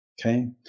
okay